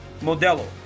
Modelo